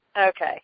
Okay